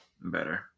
better